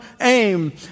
aim